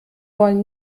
wollen